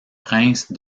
prince